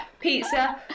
Pizza